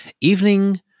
evening